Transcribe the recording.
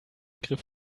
griff